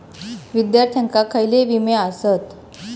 विद्यार्थ्यांका खयले विमे आसत?